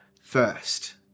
first